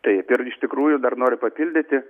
taip ir iš tikrųjų dar noriu papildyti